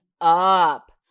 up